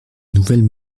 nouvelles